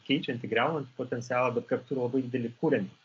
keičiantį griaunantį potencialą bet kartu ir labai didelį kūriantį